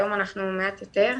לא הכרתי מצב כזה שאני לא יכולה לחמם,